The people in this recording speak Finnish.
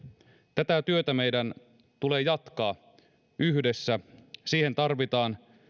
tätä työtä meidän tulee jatkaa yhdessä siihen tarvitaan